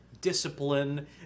discipline